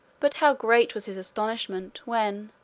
but how great was his astonishment, when,